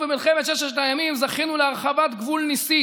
ובמלחמת ששת הימים זכינו להרחבת גבול ניסית.